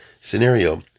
scenario